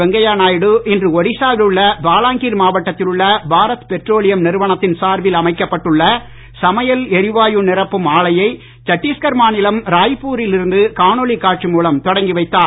வெங்கையா நாயுடு இன்று ஒடிசாவில் உள்ள பாலாங்கீர் மாவட்டத்தில் உள்ள பாரத் பெட்ரோலியம் நிறுவனத்தின் சார்பில் அமைக்கப்பட்டுள்ள சமையல் எரிவாயு நிரப்பும் ஆலையை சட்டீஸ்கர் மாநிலம் ராய்ப்பூரில் இருந்து காணொளி காட்சி மூலம் தொடங்கி வைத்தார்